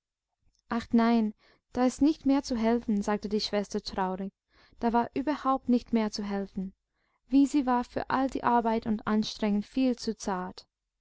ach nein da ist nicht mehr zu helfen sagte die schwester traurig da war überhaupt nicht mehr zu helfen wisi war für all die arbeit und anstrengung viel zu zart